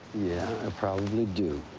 i probably do.